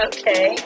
Okay